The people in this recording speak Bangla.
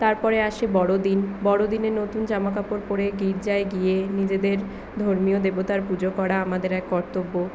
তারপরে আসে বড়দিন বড়দিনে নতুন জামাকাপড় পরে গির্জায় গিয়ে নিজেদের ধর্মীয় দেবতার পুজো করা আমাদের এক কর্তব্য